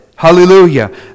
Hallelujah